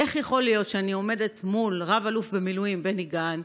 איך יכול להיות שאני עומדת מול רב-אלוף במילואים בני גנץ,